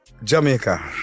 Jamaica